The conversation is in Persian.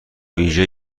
ویژه